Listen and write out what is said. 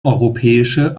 europäische